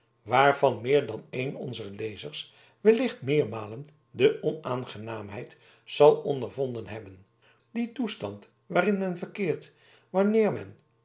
waarvan meer dan een onzer lezers wellicht meermalen de onaangenaamheid zal ondervonden hebben dien toestand waarin men verkeert wanneer men